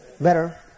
better